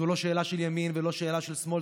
זו לא שאלה של ימין ולא שאלה של שמאל,